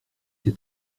ses